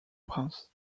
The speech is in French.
prince